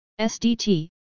SDT